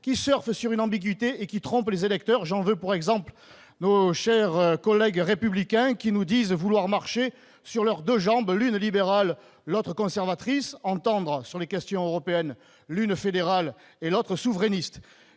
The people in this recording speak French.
qui « surfent » sur une ambiguïté et qui trompent les électeurs. J'en veux pour exemple nos chers collègues du groupe Les Républicains qui nous disent vouloir marcher sur leurs deux jambes, l'une libérale et l'autre conservatrice- entendre, sur les questions européennes : l'une fédérale et l'autre souverainiste.